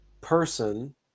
person